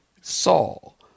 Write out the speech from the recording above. Saul